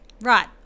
right